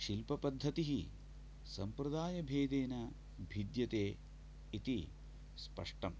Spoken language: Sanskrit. शिल्पपद्धतिः सम्प्रदायभेदेन भिद्यते इति स्पष्टम्